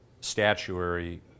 statuary